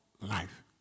life